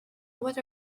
what